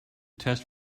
test